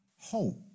hope